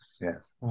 Yes